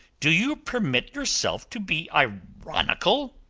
do you permit yourself to be ironical?